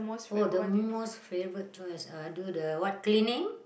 oh the most favourite chore is uh do the what cleaning